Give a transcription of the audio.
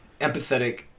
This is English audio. empathetic